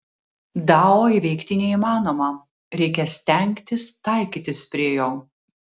dao įveikti neįmanoma reikia stengtis taikytis prie jo